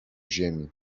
ziemi